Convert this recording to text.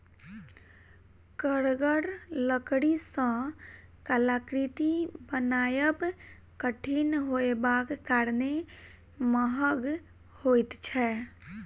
कड़गर लकड़ी सॅ कलाकृति बनायब कठिन होयबाक कारणेँ महग होइत छै